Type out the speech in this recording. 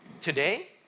Today